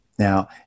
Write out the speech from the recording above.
Now